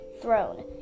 throne